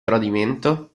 tradimento